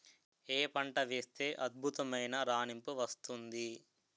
ఏ పంట వేస్తే అద్భుతమైన రాణింపు వస్తుంది?